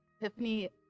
tiffany